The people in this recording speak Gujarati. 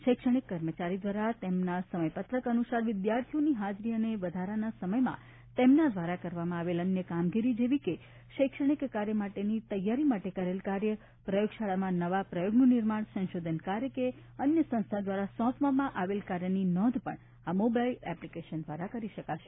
શૈક્ષણિક કર્મચારી દ્વારા તેમના સમયપત્રક અનુસાર વિદ્યાર્થીઓની હાજરી અને વધારાના સમયમાં તેમના દ્વારા કરવામાં આવેલ અન્ય કામગીરી જેવીકે શૈક્ષણિકકાર્ય માટેની તૈયારી માટે કરેલ કાર્ય પ્રયોગશાળામાં નવા પ્રયોગનું નિર્માણ સંશોધન કાર્ય કે અન્ય સંસ્થા દ્વારા સોંપવામાં આવેલ કાર્યની નોંધ પણ આ મોબાઈલ એપ્લીનકેશન દ્વારા કરી શકાશે